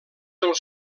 del